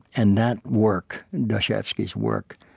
and that work, dostoyevsky's work,